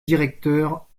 directeurs